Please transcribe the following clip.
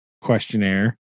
questionnaire